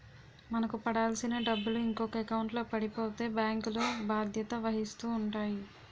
మనకు పడాల్సిన డబ్బులు ఇంకొక ఎకౌంట్లో పడిపోతే బ్యాంకులు బాధ్యత వహిస్తూ ఉంటాయి